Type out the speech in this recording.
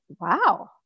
wow